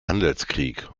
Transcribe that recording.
handelskrieg